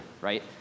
right